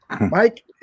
Mike